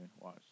watch